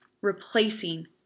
Replacing